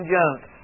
Jones